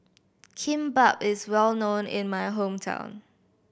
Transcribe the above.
kimbap is well known in my hometown